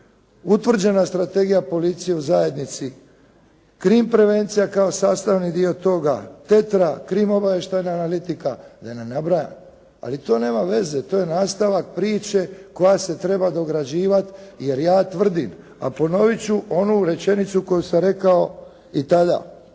utvrđena je strategija policije u zajednici, krim prevencija kao sastavni dio toga, tetra, krimobavještajna politika da ne nabrajam, ali to nema veze, to je nastavak priče koja se treba dograđivati, jer ja tvrdim, a ponoviti ću onu rečenicu koju sam rekao i tada,